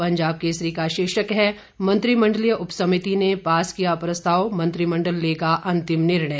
पंजाब केसरी का शीर्षक है मंत्रिमण्डलीय उपसमिति ने पास किया प्रस्ताव मंत्रिमण्डल लेगा अंतिम निर्णय